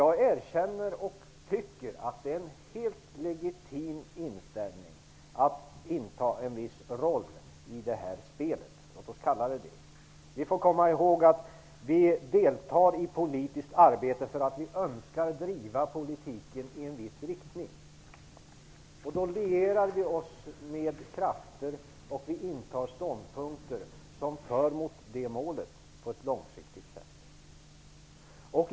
Jag erkänner och anser att det är en helt legitim inställning att inta en viss roll i det här spelet - låt oss kalla det så. Vi får komma ihåg att vi deltar i politiskt arbete för att vi önskar driva politiken i en viss riktning. Då lierar vi oss med krafter och intar ståndpunkter som långsiktigt leder mot det målet.